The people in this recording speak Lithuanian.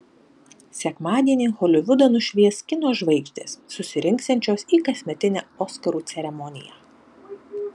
sekmadienį holivudą nušvies kino žvaigždės susirinksiančios į kasmetinę oskarų ceremoniją